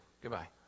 Goodbye